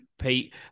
Pete